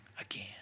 again